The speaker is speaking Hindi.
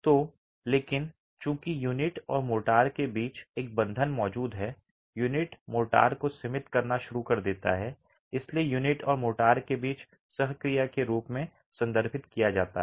तो लेकिन चूंकि यूनिट और मोर्टार के बीच एक बंधन मौजूद है यूनिट मोर्टार को सीमित करना शुरू कर देता है इसलिए यूनिट और मोर्टार के बीच सह क्रिया के रूप में संदर्भित किया जाता है